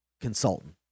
consultant